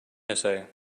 essay